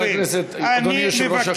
חבר הכנסת, אדוני יושב-ראש